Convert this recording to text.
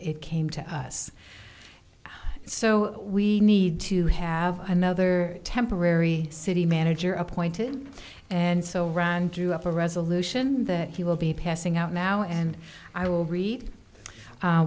it came to us so we need to have another temporary city manager appointed and so ron drew up a resolution that he will be passing out now and i will read